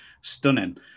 stunning